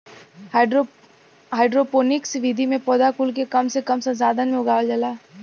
hydroponics विधि में पौधा कुल के कम से कम संसाधन में उगावल जाला